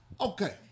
Okay